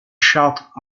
charts